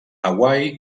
hawaii